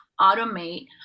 automate